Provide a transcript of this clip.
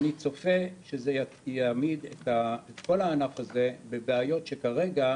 אני צופה שזה יעמיד את כל הענף הזה בבעיות שכרגע